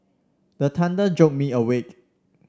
the thunder jolt me awake